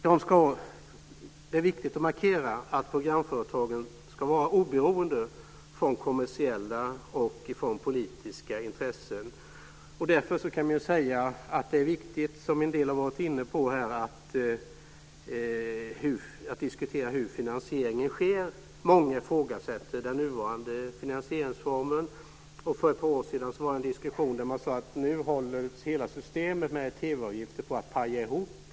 Det är viktigt att markera att programföretagen ska vara oberoende från kommersiella och politiska intressen. Därför kan man säga att det är viktigt, som en del har varit inne på, att diskutera hur finansieringen sker. Många ifrågasätter den nuvarande finansieringsformen. För ett par år sedan sade man i en diskussion att nu håller hela systemet med TV-avgifter på att paja ihop.